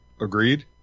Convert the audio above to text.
Agreed